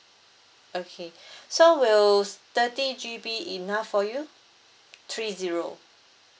okay so will thirty G_B enough for you three zero